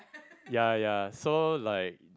ya ya so like